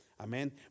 amen